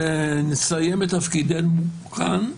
ונסיים את תפקידנו כאן,